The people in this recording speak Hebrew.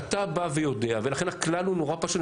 ולכן הכלל הוא פשוט,